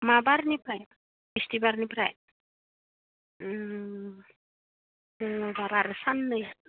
मा बारनिफ्राय बिस्तिबारनिफ्राय मंगलबार आरो साननै